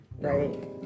right